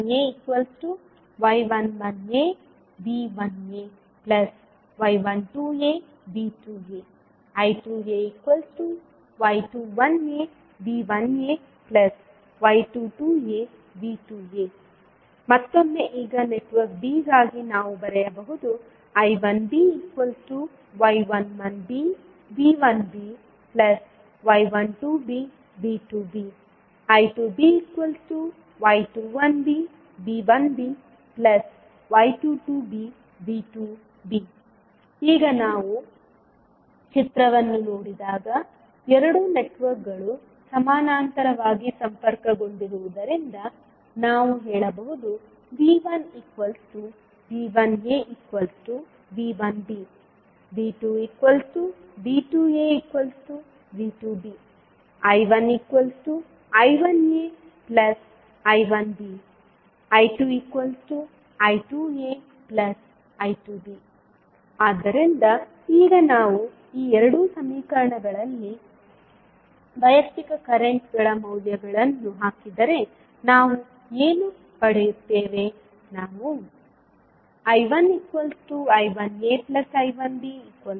I1ay11aV1ay12aV2a I2ay21aV1ay22aV2a ಮತ್ತೊಮ್ಮೆ ಈಗ network b ಗಾಗಿ ನಾವು ಬರೆಯಬಹುದು I1by11bV1by12bV2b I2by21bV1by22bV2b ಈಗ ನಾವು ಚಿತ್ರವನ್ನು ನೋಡಿದಾಗ ಎರಡೂ ನೆಟ್ವರ್ಕ್ಗಳು ಸಮಾನಾಂತರವಾಗಿ ಸಂಪರ್ಕಗೊಂಡಿರುವುದರಿಂದ ನಾವು ಹೇಳಬಹುದು V1V1aV1bV2V2aV2b I1I1aI1bI2I2aI2b ಆದ್ದರಿಂದ ಈಗ ನಾವು ಈ 2 ಸಮೀಕರಣಗಳಲ್ಲಿ ವೈಯಕ್ತಿಕ ಕರೆಂಟ್ಗಳ ಮೌಲ್ಯಗಳನ್ನು ಹಾಕಿದರೆ ನಾವು ಏನು ಪಡೆಯುತ್ತೇವೆ